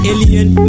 Alien